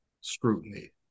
scrutiny